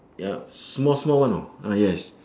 ya small small one know ah yes